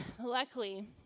Luckily